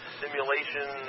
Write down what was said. simulation